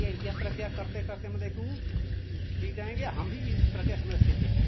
यह यह प्रक्रिया करते करते मतलब कि वह सीख जाएँगे और हम भी इसी प्रक्रिया से मतलब सीखे हैं